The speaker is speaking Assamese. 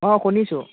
অঁ শুনিছোঁ